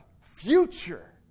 future